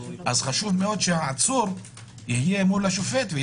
חשוב שהעצור יהיה מול השופט.